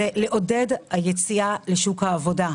לעודד יציאה לשוק העבודה.